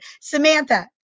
Samantha